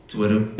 Twitter